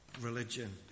Religion